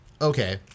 Okay